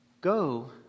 go